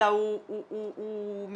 אלא הוא מתווסף.